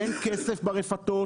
אין כסף ברפתות,